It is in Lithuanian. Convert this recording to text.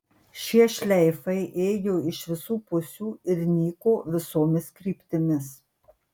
šie šleifai ėjo iš visų pusių ir nyko visomis kryptimis